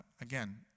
again